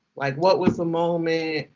like, what was the moment?